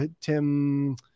Tim